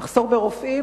המחסור ברופאים,